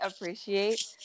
appreciate